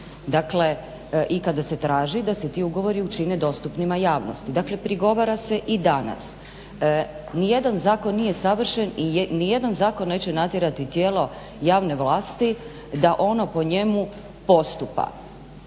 Dakle, i kada se traži da se ti ugovori učine dostupnima javnosti, dakle prigovara se i danas. Ni jedan zakon nije savršen i ni jedan zakon neće natjerati tijelo javne vlasti da ono po njemu postupa.